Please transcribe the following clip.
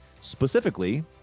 specifically